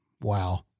Wow